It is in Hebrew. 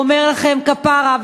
ואומר לכן "כפרה",